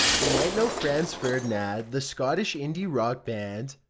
you might know franz ferdinand, the scottish indie rock band,